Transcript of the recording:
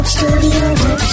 Studio